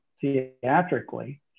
theatrically